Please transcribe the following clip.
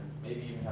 maybe